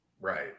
Right